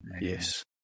Yes